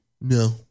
No